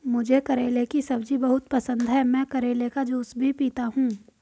मुझे करेले की सब्जी बहुत पसंद है, मैं करेले का जूस भी पीता हूं